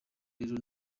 rero